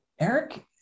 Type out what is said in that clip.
Eric